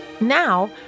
Now